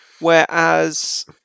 Whereas